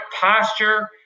posture